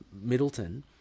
middleton